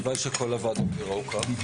הלוואי וכול הוועדות ייראו כך.